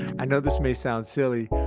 i know this may sound silly,